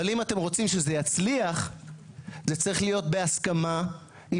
אבל אם אתם רוצים שזה יצליח זה צריך להיות בהסכמה עם